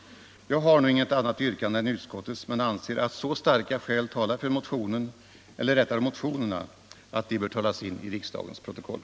Jag har nu inget annat yrkande än utskottets, men jag har ansett att så starka skäl talar för motionen — eller rättare motionerna — at: de bör skrivas in i riksdagens protokoll.